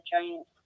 giant